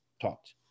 taught